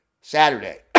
Saturday